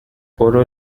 برو